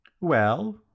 Well